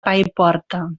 paiporta